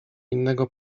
innego